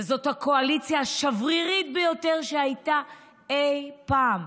וזאת הקואליציה השברירית ביותר שהייתה אי-פעם.